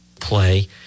play